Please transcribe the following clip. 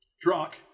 Drock